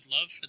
love